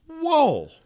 Whoa